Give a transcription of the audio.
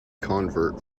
convert